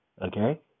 okay